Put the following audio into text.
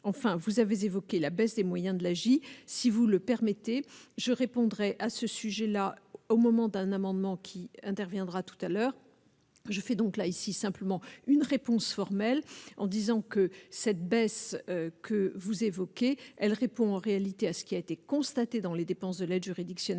enfin vous avez évoqué la baisse des moyens de l'AJ, si vous le permettez, je répondrai à ce sujet-là, au moment d'un amendement qui interviendra tout à l'heure, je fais donc là ici simplement une réponse formelle, en disant que cette baisse que vous évoquez, elle répond en réalité à ce qui a été constatée dans les dépenses de l'aide juridictionnelle,